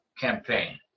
campaign